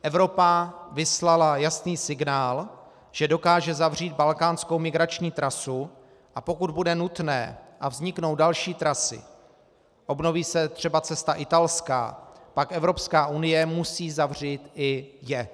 Evropa vyslala jasný signál, že dokáže zavřít balkánskou migrační trasu, a pokud bude nutné a vzniknou další trasy, obnoví se třeba cesta italská, pak Evropská unie musí zavřít i je.